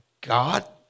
God